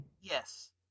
Yes